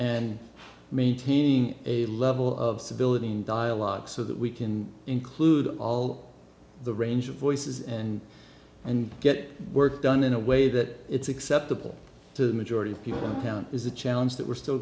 and maintaining a level of civility in dialogue so that we can include all the range of voices and and get work done in a way that it's acceptable to the majority of people in town is a challenge that we're still